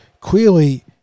clearly